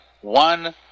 one